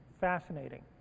Fascinating